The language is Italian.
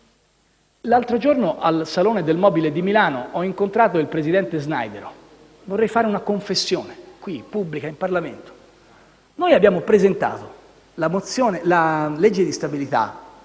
L'altro giorno al Salone internazionale del mobile di Milano ho incontrato il presidente della Snaidero. Vorrei fare una confessione pubblica in Parlamento. Noi abbiamo presentato la legge di stabilità